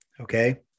Okay